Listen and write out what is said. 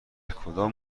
کدام